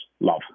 love